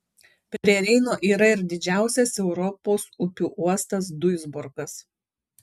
prie reino yra ir didžiausias europos upių uostas duisburgas